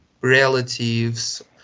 relatives